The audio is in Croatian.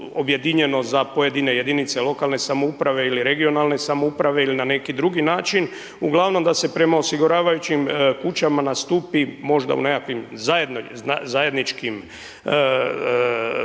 objedinjeno za pojedine jedinice lokalne samouprave ili regionalne samouprave ili na neki drugi način, uglavnom da se prema osiguravajućim kućama nastupi možda u nekakvim zajedničkim,